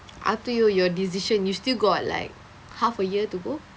up to you your decision you still got like half a year to go